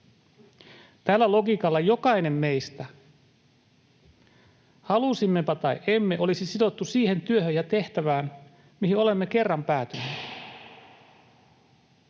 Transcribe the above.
Tällä logiikalla jokainen meistä, halusimmepa tai emme, olisi sidottu siihen työhön ja tehtävään, mihin olemme kerran päätyneet,